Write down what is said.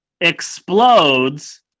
explodes